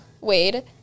Wade